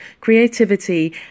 creativity